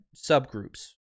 subgroups